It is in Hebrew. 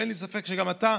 ואין לי ספק שגם אתה,